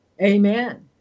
Amen